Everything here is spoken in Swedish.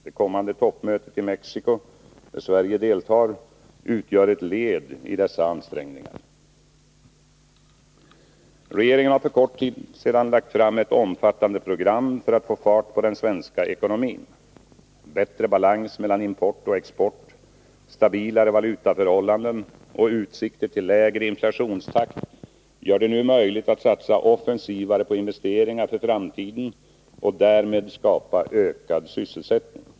Det kommande toppmötet i Mexiko, där Sverige deltar, utgör ett led i dessa ansträngningar. Regeringen har för kort tid sedan lagt fram ett omfattande program för att få fart på den svenska ekonomin. Bättre balans mellan import och export, stabilare valutaförhållanden och utsikter till lägre inflationstakt gör det nu möjligt att satsa offensivare på investeringar för framtiden och därmed skapa ökad sysselsättning.